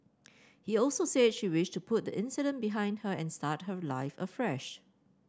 he also said she wished to put incident behind her and start her life afresh